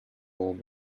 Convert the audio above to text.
vault